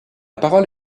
parole